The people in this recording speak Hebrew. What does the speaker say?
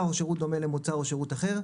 למוצר או שירות אחר,